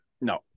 No